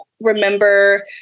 remember